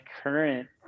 current